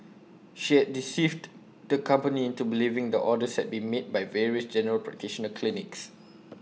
she had deceived the company into believing the orders had been made by various general practitioner clinics